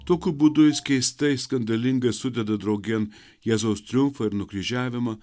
tokiu būdu jis keistai skandalingai sudeda draugėn jėzaus triumfą ir nukryžiavimą